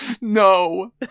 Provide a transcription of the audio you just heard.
No